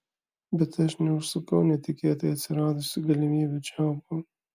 bet aš neužsukau netikėtai atsiradusių galimybių čiaupo